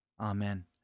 Amen